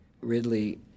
Ridley